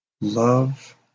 love